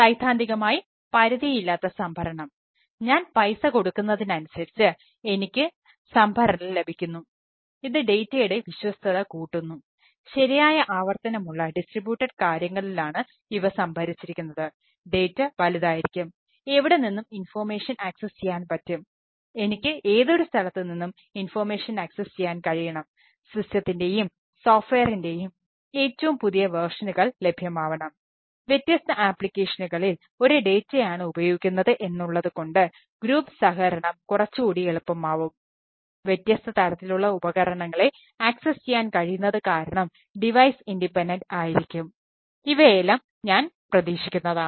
സൈദ്ധാന്തികമായി പരിധിയില്ലാത്ത സംഭരണം ഞാൻ പൈസ കൊടുക്കുന്നതിനനുസരിച്ച് എനിക്ക് സംഭരണം ലഭിക്കുന്നു ഇത് ഡേറ്റയുടെ ആയിരിക്കും ഇവയെല്ലാം ഞാൻ പ്രതീക്ഷിക്കുന്നതാണ്